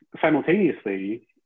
Simultaneously